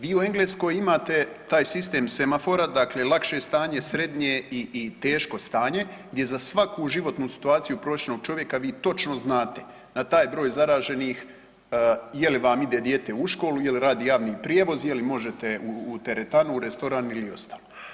Vi u Engleskoj imate taj sistem semafora, dakle lakše stanje, srednje i teško stanje gdje za svaku životnu situaciju prosječnog čovjeka vi točno znate na taj broj zaraženih je li vam ide dijeta u školu, je li radi javni prijevoz, je li možete u teretanu, u restoran ili ostalo.